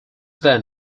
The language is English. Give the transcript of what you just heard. then